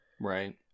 right